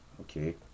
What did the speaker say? okay